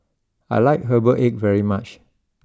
I like Herbal Egg very much